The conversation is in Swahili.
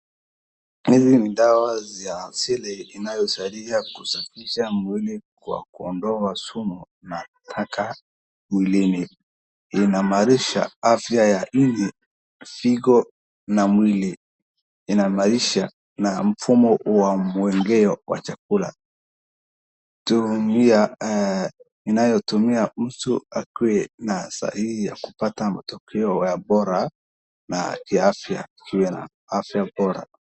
Hizi ni dawa za asili inayosaidia kusafisha mwili kwa kuondoa sumu na taka mwilini, inaimarisha afya ya ini, figo na mwili, inaimarisha na mfumo wa mwengeo wa chakula, inayotumia mtu akuwe na sahihi ya kupata matokeo ya bora na kiafya akue na afya bora.